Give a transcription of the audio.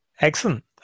Excellent